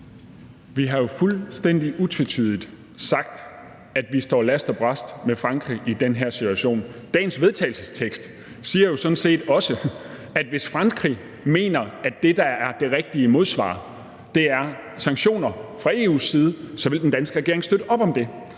Vi har jo fuldstændig utvetydigt sagt, at vi står last og brast med Frankrig i den her situation. Dagens forslag til vedtagelse siger jo sådan set også, at hvis Frankrig mener, at det, der er det rigtige modsvar, er sanktioner fra EU's side, så vil den danske regering støtte op om det.